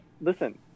listen